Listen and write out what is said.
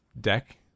Deck